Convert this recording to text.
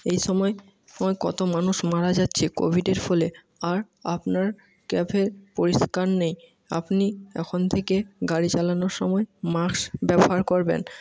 এই সময় কত মানুষ মারা যাচ্ছে কোভিডের ফলে আর আপনার ক্যাফে পরিষ্কার নেই আপনি এখন থেকে গাড়ি চালানোর সময় মাস্ক ব্যবহার করবেন